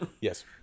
Yes